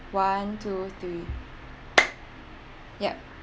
one two three yup